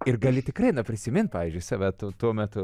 ir gali tikrai prisimint pavyzdžiui save tuo tuo metu